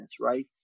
right